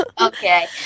Okay